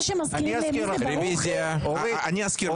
שמזכירים לברוכי --- אני אזכיר לך,